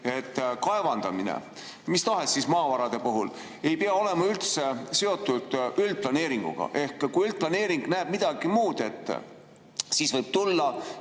et kaevandamine mis tahes maavarade puhul ei pea üldse olema seotud üldplaneeringuga. Kui üldplaneering näeb midagi muud ette, siis võib tulla